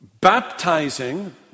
baptizing